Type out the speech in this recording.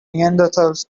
neanderthals